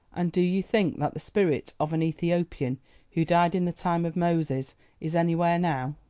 and do you think that the spirit of an ethiopian who died in the time of moses is anywhere now?